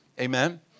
Amen